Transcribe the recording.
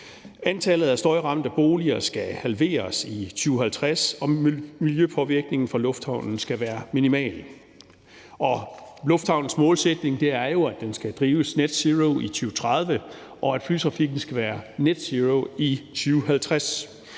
Antallet af støjramte boliger skal halveres i 2050, og miljøpåvirkningen fra lufthavnen skal være minimal. Lufthavnens målsætning er jo, at den skal drives net zero i 2030, og at flytrafikken skal være net zero i 2050.